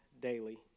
daily